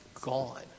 gone